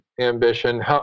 ambition